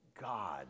God